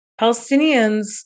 Palestinians